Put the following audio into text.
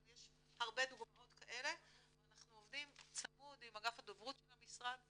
אבל יש הרבה דוגמאות כאלה ואנחנו עובדים צמוד עם אגף הדוברות של המשרד,